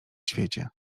świecie